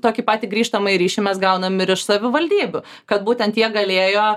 tokį patį grįžtamąjį ryšį mes gaunam ir iš savivaldybių kad būtent jie galėjo